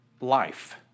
life